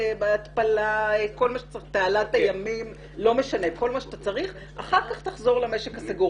בהתפלה וכל מה שצריך ואחר כך תחזור למשק הסגור.